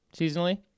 seasonally